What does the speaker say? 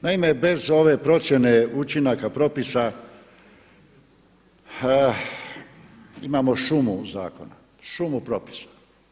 Naime, bez ove procjene učinaka propisa imamo šumu zakona, šumu propisa.